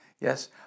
Yes